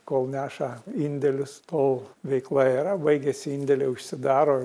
kol neša indėlius tol veikla era baigiasi indėliai užsidaro